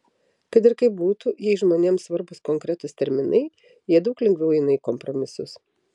kad ir kaip būtų jei žmonėms svarbūs konkretūs terminai jie daug lengviau eina į kompromisus